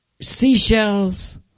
seashells